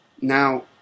Now